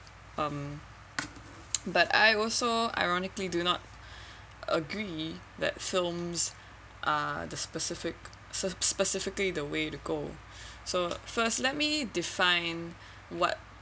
um but I was so ironically do not agree that films are the specific spe~ specifically the way to go so first let me define what